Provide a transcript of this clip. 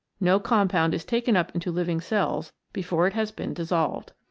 no compound is taken up into living cells before it has been dis solved.